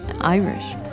Irish